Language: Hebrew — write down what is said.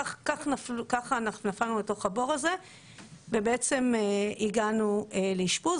ככה אנחנו נפלנו לתוך הבור הזה ובעצם הגענו לאשפוז.